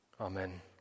Amen